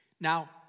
Now